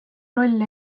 rolli